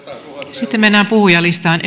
sitten mennään puhujalistaan